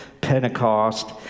Pentecost